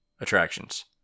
attractions